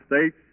States